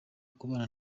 kubana